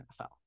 NFL